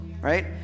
right